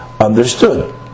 understood